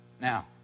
now